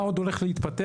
מה עוד הולך להתפתח?